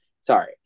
sorry